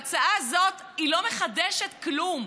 ההצעה הזאת, היא לא מחדשת כלום.